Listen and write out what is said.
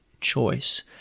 choice